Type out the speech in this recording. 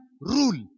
rule